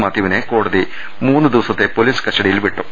മാത്യുവിനെ കോടതി മൂന്ന് ദിവസത്തെ പൊലീസ് കസ്റ്റ ഡിയിൽ വിട്ടു